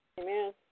Amen